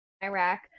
Iraq